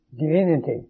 divinity